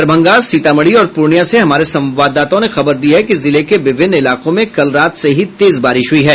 दरभंगा सीतामढ़ी और पूर्णियां से हमारे संवाददाताओं ने खबर दी है कि जिले के विभिन्न इलाकों में कल रात से ही तेज बारिश हुई है